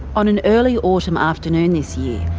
on an early autumn afternoon this year,